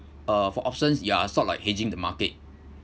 uh for options you are sort like hedging the market